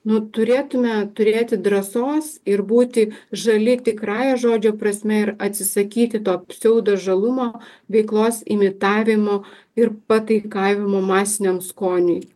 nu turėtume turėti drąsos ir būti žali tikrąja žodžio prasme ir atsisakyti to psiaudo žalumo veiklos imitavimo ir pataikavimo masiniam skoniui